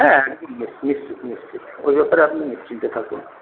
হ্যাঁ নিশ্চই নিশ্চই ওই ব্যাপারে আপনি নিশ্চিন্তে থাকুন